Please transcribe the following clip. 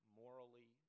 morally